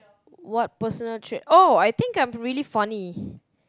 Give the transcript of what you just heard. what personal trait oh I think I'm really funny